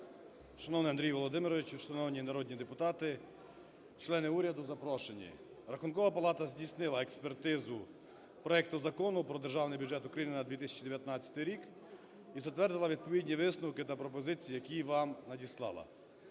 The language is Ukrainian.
Шановний Андрій Володимирович, шановні народні депутати, члени уряду, запрошені! Рахункова палата здійснила експертизу проекту Закону про Держаний бюджет України на 2019 рік і затвердила відповідні висновки та пропозиції, які вам надіслала.